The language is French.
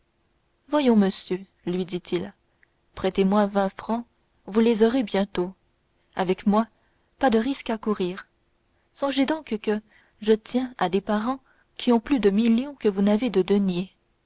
voyons monsieur lui dit-il prêtez-moi vingt francs vous les aurez bientôt avec moi pas de risques à courir songez donc que je tiens à des parents qui ont plus de millions que vous n'avez de deniers